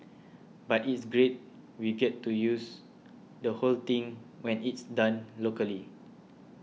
but it's great we get to use the whole thing when it's done locally